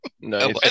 No